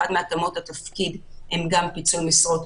אחת מהתאמות התפקיד היא גם פיצול משרות.